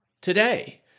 today